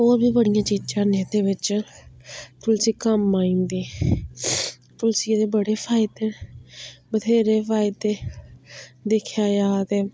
होर बी बड़ियां चीजां न जेह्दे बिच्च तुलसी कम्म आई दी तुलसियै दे बड़े फायदे बत्थेरे फायदे दिक्खेआ जा ते